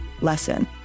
lesson